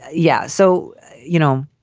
yeah. so, you know